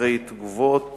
אחרי תגובות